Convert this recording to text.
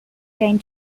jean